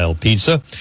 pizza